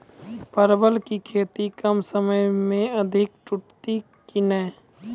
परवल की खेती कम समय मे अधिक टूटते की ने?